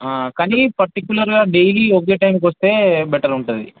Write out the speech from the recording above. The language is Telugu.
కానీ పర్టిక్యులర్గా డైలీ ఒకే టైమ్కి వస్తే బెటర్ ఉంటుంది